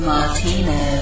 Martino